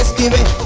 giving